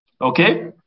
Okay